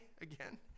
Again